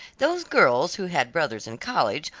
those girls who had brothers in college,